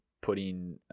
putting